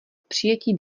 přijetí